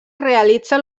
realitza